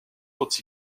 haute